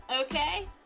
Okay